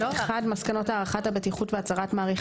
1. מסקנות הערכת הבטיחות והצהרת מעריך